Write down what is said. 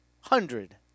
hundred